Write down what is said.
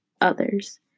others